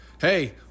Hey